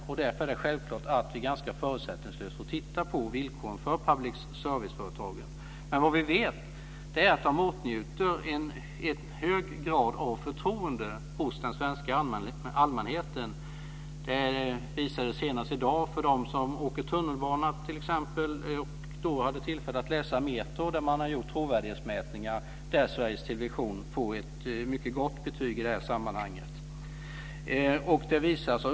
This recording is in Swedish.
Det är därför självklart att vi ganska förutsättningslöst får gå igenom villkoren för public service-företagen. Vi vet dock att de åtnjuter en hög grad av förtroende hos den svenska allmänheten. De som i morse t.ex. åkte tunnelbana och hade tillfälle att läsa Metro kunde då se att det gjorts trovärdighetsmätningar där Sveriges Television fått ett mycket gott betyg.